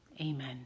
amen